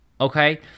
Okay